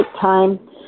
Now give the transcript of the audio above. time